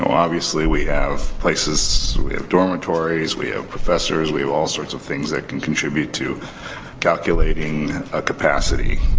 so obviously, we have places. we have dormitories. we have professors. we have all sorts of things that can contribute to calculating ah capacity.